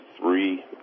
three